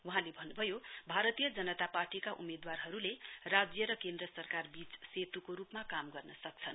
वहाँले भन्नुभयो भारतीय जनता पार्टीका उम्मेदवारहरुले राज्य र केन्द्र सरकार वीच सेतु रुपमा काम गर्न सक्नेछन्